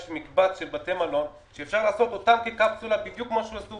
יש מקבץ של בתי מלון שאפשר לעשות אותם כקפסולה בדיוק כפי שעשו